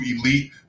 elite